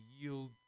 yield